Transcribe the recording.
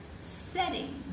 setting